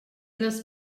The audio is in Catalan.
les